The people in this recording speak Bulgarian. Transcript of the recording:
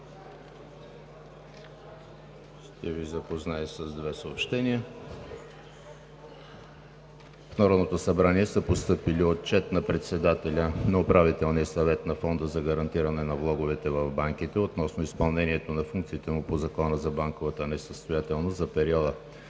Ще Ви запозная с две съобщения: В Народното събрание са постъпили Отчет на председателя на Управителния съвет на Фонда за гарантиране на влоговете в банките относно изпълнението на функциите му по Закона за банковата несъстоятелност за периода